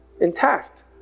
intact